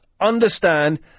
understand